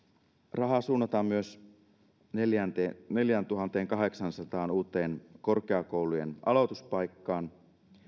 rahaa suunnataan myös neljääntuhanteenkahdeksaansataan uuteen korkeakoulujen aloituspaikkaan